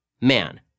man